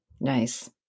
Nice